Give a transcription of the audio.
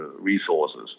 Resources